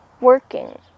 working